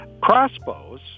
crossbows